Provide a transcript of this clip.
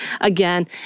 Again